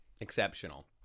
exceptional